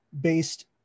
based